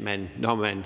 man, når man